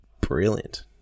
brilliant